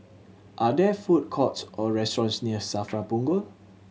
are there food courts or restaurants near SAFRA Punggol